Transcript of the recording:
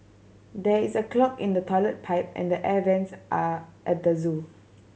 there is a clog in the toilet pipe and the air vents are at the zoo